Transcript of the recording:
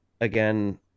again